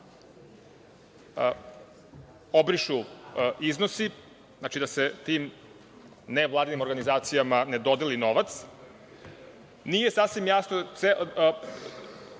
obrišu iznosi, znači, da se tim nevladinim organizacijama ne dodeli novac. Iz samog